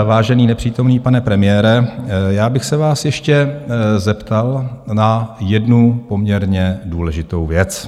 Vážený nepřítomný pane premiére, já bych se vás ještě zeptal na jednu poměrně důležitou věc.